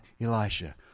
Elisha